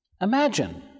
Imagine